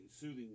soothing